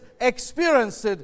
experienced